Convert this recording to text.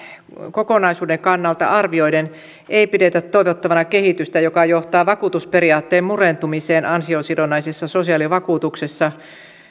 kokonaisuuden kannalta arvioiden ei pidetä toivottavana kehitystä joka johtaa vakuutusperiaatteen murentumiseen ansiosidonnaisissa sosiaalivakuutuksissa